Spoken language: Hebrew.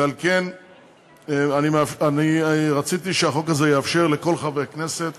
ועל כן רציתי שהחוק הזה יאפשר לכל חבר כנסת